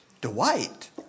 Dwight